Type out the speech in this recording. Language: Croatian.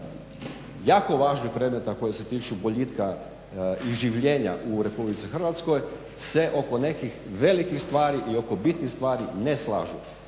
jako važnih predmeta koji se tiču boljitka i življenja u Republici Hrvatskoj. Se oko nekih velikih stvari i oko bitnih stvari ne slažu.